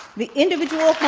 the individual